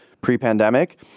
pre-pandemic